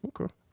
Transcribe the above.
Okay